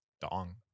dong